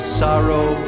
sorrow